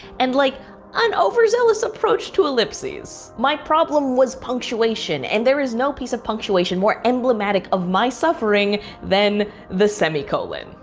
and like an overzealous approach to ellipses. my problem was punctuation. and there is no piece of punctuation more emblematic of my suffering than the semi-colon.